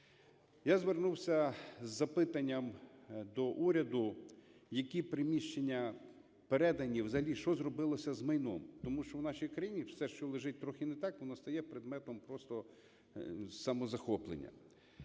Я звернувся з запитанням до уряду: які приміщення передані, взагалі що зробилося з майном, тому що в нашій країні все, що лежить трохи не так, воно стає предметом просто самозахоплення.